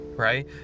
Right